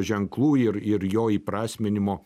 ženklų ir ir jo įprasminimo